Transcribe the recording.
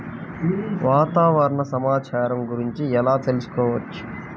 వాతావరణ సమాచారం గురించి ఎలా తెలుసుకోవచ్చు?